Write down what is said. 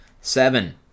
Seven